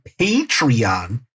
Patreon